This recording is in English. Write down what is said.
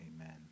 amen